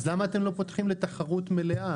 אז למה אתם לא פותחים לתחרות מלאה?